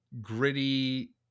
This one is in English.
gritty